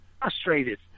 frustrated